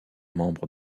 membres